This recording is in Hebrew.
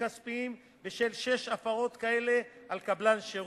כספיים בשל שש הפרות כאלה על קבלן השירות.